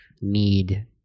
need